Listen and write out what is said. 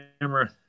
camera